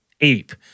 ape